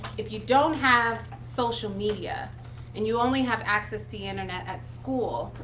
if you don't have social media and you only have access to the internet at school,